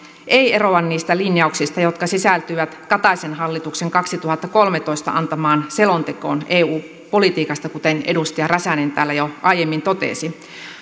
ei eroa niistä linjauksista jotka sisältyvät kataisen hallituksen kaksituhattakolmetoista antamaan selontekoon eu politiikasta kuten edustaja räsänen täällä jo aiemmin totesi